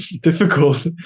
difficult